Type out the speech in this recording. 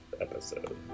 episode